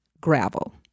gravel